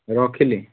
ରଖିଲି